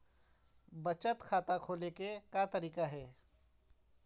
बचत खाता खोले के का तरीका हे?